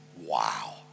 wow